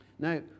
Now